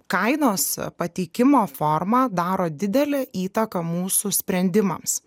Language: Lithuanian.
kainos pateikimo forma daro didelę įtaką mūsų sprendimams